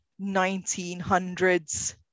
1900s